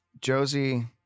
Josie